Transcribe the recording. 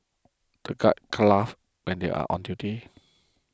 the guards can't laugh when they are on duty